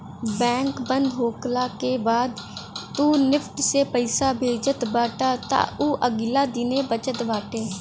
bank बंद होखला के बाद तू निफ्ट से पईसा भेजत बाटअ तअ उ अगिला दिने पहुँचत बाटे